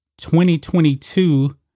2022